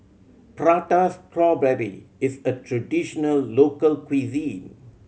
Prata Strawberry is a traditional local cuisine